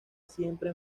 siempre